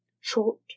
short